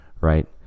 right